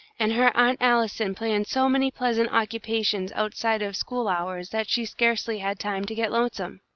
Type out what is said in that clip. and her aunt allison planned so many pleasant occupations outside of school-hours that she scarcely had time to get lonesome.